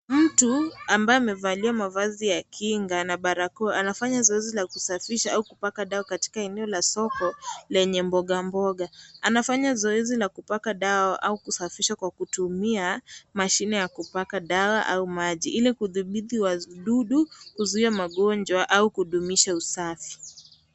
Mtu ambaye amevalia mavazi ya kinga na barakoa anafanya zoezi la kusafisha au kupanga dawa katika eneo la soko, lenye mboga mboga, anafanya zoezi la kupaka dawa au kusafisha kwa kutumia mashine ya kupaka dawa au maji ili kudhibiti wadudu, kuzuia magonjwa au kudumisha usafi.